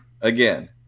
again